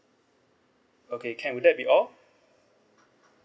okay can will that be all